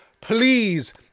please